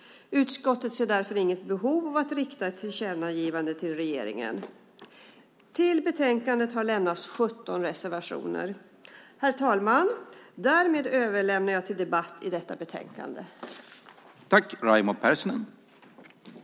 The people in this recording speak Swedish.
Utskottet ser därför inget behov av att rikta ett tillkännagivande till regeringen. Till betänkandet har lämnats 17 reservationer. Herr talman! Därmed överlämnar jag detta betänkande för debatt.